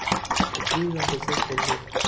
कूकरी ला कइसे पोसबो?